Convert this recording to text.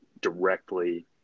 directly